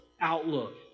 Outlook